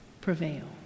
prevail